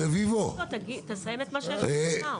רביבו, תסיים את מה שיש לך לומר.